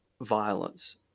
violence